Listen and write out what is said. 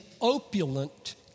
opulent